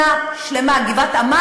הנה, כבר פספסנו עוד דקה.